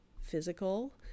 physical